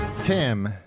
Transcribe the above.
Tim